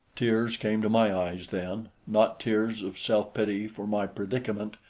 tears came to my eyes then, not tears of self-pity for my predicament,